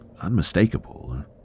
unmistakable